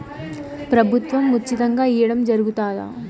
ప్రభుత్వం ఉచితంగా ఇయ్యడం జరుగుతాదా?